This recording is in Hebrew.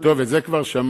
נו, טוב, את זה כבר שמענו.